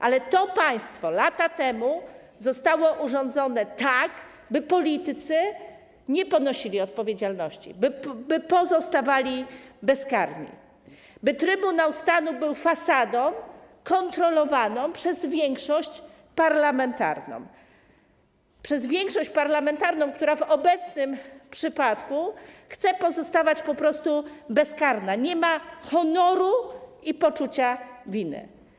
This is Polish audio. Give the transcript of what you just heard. Ale to państwo lata temu zostało urządzone tak, by politycy nie ponosili odpowiedzialności, by pozostawali bezkarni, by Trybunał Stanu był fasadą kontrolowaną przez większość parlamentarną, która w obecnym przypadku chce pozostawać po prostu bezkarna, nie ma honoru i poczucia winy.